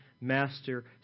master